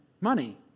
money